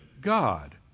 God